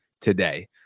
today